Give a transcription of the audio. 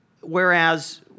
Whereas